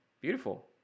Beautiful